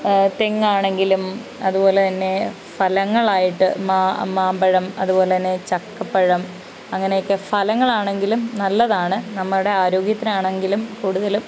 തെങ്ങാണെങ്കിലും അതുപോലെ തന്നെ ഫലങ്ങളായിട്ട് മാമ്പഴം അതുപോലെ തന്നെ ചക്കപ്പഴം അങ്ങനെയൊക്കെ ഫലങ്ങളാണെങ്കിലും നല്ലതാണ് നമ്മുടെ ആരോഗ്യത്തിനാണെങ്കിലും കൂടുതലും